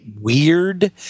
weird